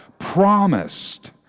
promised